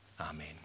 Amen